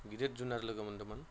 गिदिर जुनार लोगो मोन्दोंमोन